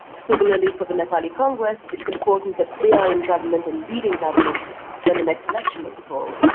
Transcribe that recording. similarly for the nepali congress, it's important that they are in government and leading government when the next election is called.